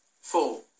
four